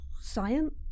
Science